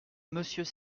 monsieur